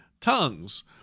tongues